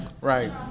Right